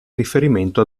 riferimento